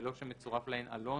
בלא שמצורף להן עלון,